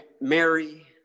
Mary